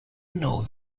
know